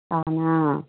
అవునా